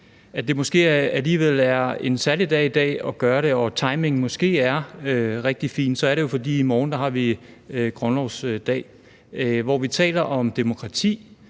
måske alligevel er en særlig dag i dag at gøre det, og at timingen måske er rigtig fin, er det jo, fordi vi i morgen har grundlovsdag, hvor vi taler om demokrati